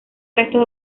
restos